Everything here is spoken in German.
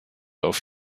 auf